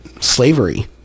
slavery